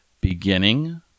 beginning